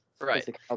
Right